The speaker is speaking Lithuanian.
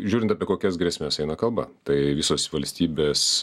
žiūrint apie kokias grėsmes eina kalba tai visos valstybės